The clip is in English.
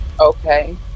Okay